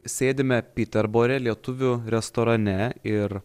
sėdime piterbore lietuvių restorane ir